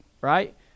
right